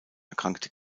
erkrankte